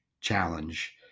challenge